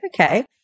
Okay